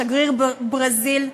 לשגריר בברזיל,